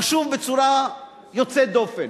חשוב בצורה יוצאת דופן.